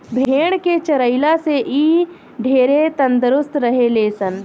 भेड़ के चरइला से इ ढेरे तंदुरुस्त रहे ले सन